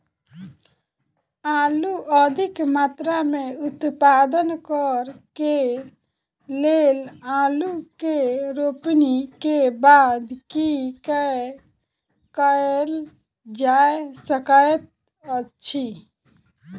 आलु अधिक मात्रा मे उत्पादन करऽ केँ लेल आलु केँ रोपनी केँ बाद की केँ कैल जाय सकैत अछि?